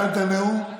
הכנת נאום?